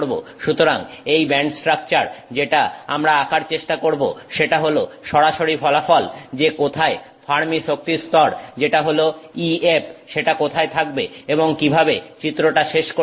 সুতরাং এই band structure যেটা আমরা আঁকার চেষ্টা করব সেটা হল সরাসরি ফলাফল যে কোথায় ফার্মি শক্তিস্তর যেটা হলো Ef সেটা কোথায় থাকবে এবং কিভাবে চিত্রটা শেষ করতে হবে